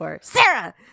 Sarah